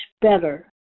better